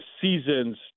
seasons